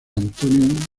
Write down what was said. antonio